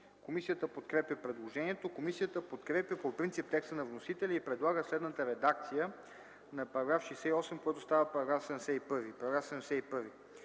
Комисията подкрепя предложението. Комисията подкрепя по принцип текста на вносителя и предлага следната редакция за чл. 173, който става чл.